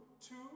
Two